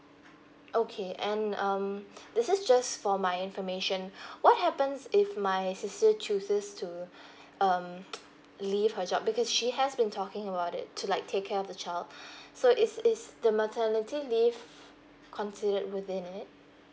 okay and um this is just for my information what happens if my sister chooses to um leave her job because she has been talking about it to like take care of the child so is is the maternity leave considered within it